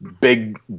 big